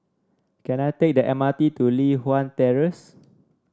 can I take the M R T to Li Hwan Terrace